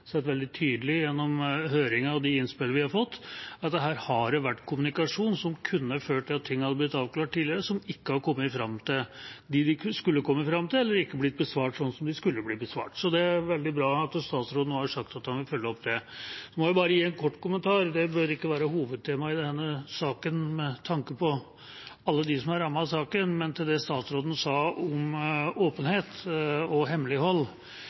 fått, at her har det vært kommunikasjon som kunne ført til at ting hadde blitt avklart tidligere, men som ikke har kommet fram til dem det skulle ha kommet fram til, eller ikke blitt besvart slik det skulle. Så det er veldig bra at statsråden har sagt at han vil følge opp det. Det bør ikke være hovedtema i denne saken med tanke på alle dem som er rammet, men jeg vil bare gi en kort kommentar til det statsråden sa om åpenhet og hemmelighold.